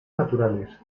naturales